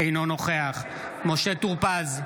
אינו נוכח משה טור פז,